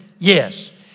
Yes